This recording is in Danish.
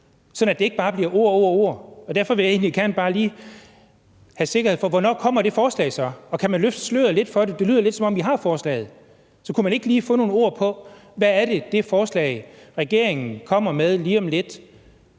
sådan at det ikke bare bliver ord, ord og ord. Derfor vil jeg egentlig bare gerne lige høre: Hvornår kommer det forslag? Og kan man løfte sløret lidt for det? Det lyder lidt, som om I har forslaget, så kunne vi ikke lige få nogle ord om det forslag, som regeringen kommer med lige om lidt,